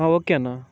okay Anna